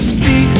see